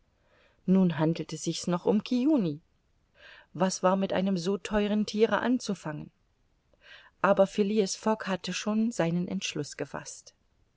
nun handelte sich's noch um kiuni was war mit einem so theuren thiere anzufangen aber phileas fogg hatte schon seinen entschluß gefaßt